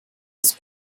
des